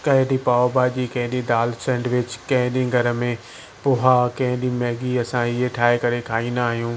कंहिं ॾींहुं पाव भाॼी कंहिं ॾींहुं दाल सैंडविच कंहिं ॾींहुं घर में पोहा कंहिं ॾींहुं मैगी असां इहे ठाहे करे खाईंदा आहियूं